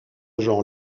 genre